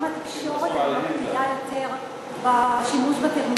גם התקשורת היום מקפידה יותר בשימוש בטרמינולוגיה.